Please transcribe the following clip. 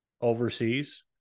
overseas